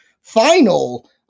final